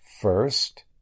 First